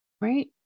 Right